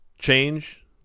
change